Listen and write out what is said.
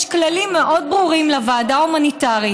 יש כללים מאוד ברורים לוועדה ההומניטרית